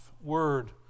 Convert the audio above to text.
word